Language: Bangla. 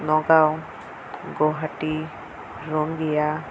নগাও গোাহাটি রঙ্গিয়া